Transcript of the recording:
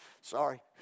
Sorry